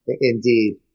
Indeed